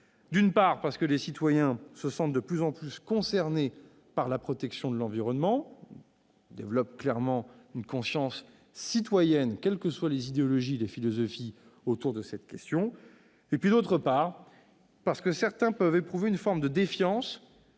D'une part, les citoyens se sentent de plus en plus concernés par la protection de l'environnement. Ils développent clairement une conscience citoyenne, quelles que soient les idéologies et les philosophies autour de cette question. D'autre part, certains peuvent éprouver une forme de défiance